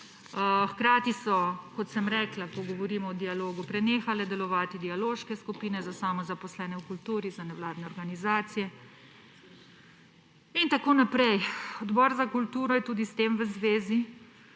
Hkrati so, kot sem rekla, ko govorimo o dialogu, prenehale delovati dialoške skupine za samozaposlene v kulturi, za nevladne organizacije in tako naprej. Odbor za kulturo je tudi v zvezi